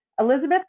Elizabeth